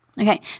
Okay